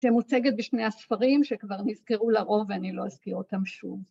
‫שמוצגת בשני הספרים שכבר נזכרו לרוב ‫ואני לא אזכיר אותם שוב.